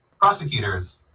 Prosecutors